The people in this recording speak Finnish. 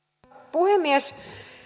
puhemies